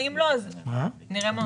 ואם לא אז נראה מה לעשות.